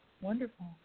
Wonderful